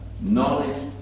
knowledge